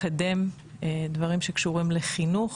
לקדם דברים שקשורים לחינוך.